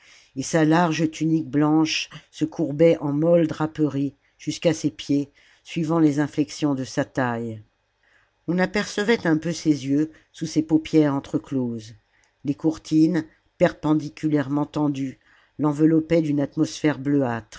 et sa large tunique blanche se courbait en molles draperies jusqu'à ses pieds suivant les inflexions de sa taille on apercevait un peu ses jeux sous ses paupières entre closes les courtines perpendiculairement tendues l'enveloppaient d'une atmosphère